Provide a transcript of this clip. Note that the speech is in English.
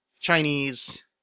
Chinese